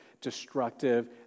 destructive